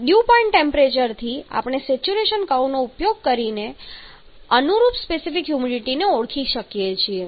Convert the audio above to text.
dew point ટેમ્પરેચરથી આપણે saturation કર્વનો ઉપયોગ કરીને અનુરૂપ સ્પેસિફિક હ્યુમિડિટીને ઓળખી કાઢ્યા છે